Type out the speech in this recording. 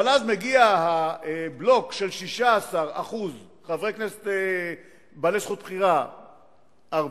אבל אז מגיע הבלוק של 16% בעלי זכות בחירה ערבים,